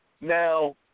Now